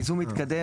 בייזום מתקדם,